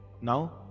Now